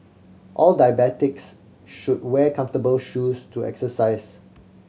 all diabetics should wear comfortable shoes to exercise